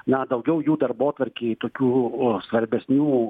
na daugiau jų darbotvarkėj tokių svarbesnių